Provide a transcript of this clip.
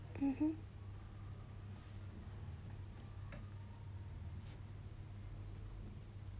mmhmm